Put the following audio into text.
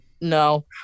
No